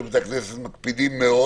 יכולים להגיד שבבית הכנסת מקפידים מאוד